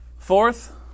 Fourth